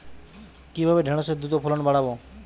কিভাবে ঢেঁড়সের দ্রুত ফলন বাড়াব?